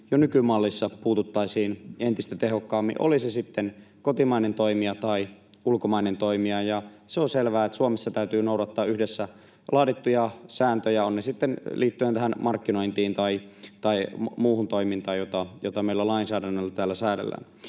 jo nykymallissa puututtaisiin entistä tehokkaammin, oli se sitten kotimainen toimija tai ulkomainen toimija. Ja se on selvää, että Suomessa täytyy noudattaa yhdessä laadittuja sääntöjä, liittyen sitten tähän markkinointiin tai muuhun toimintaan, jota meillä lainsäädännöllä täällä säädellään.